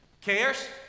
cares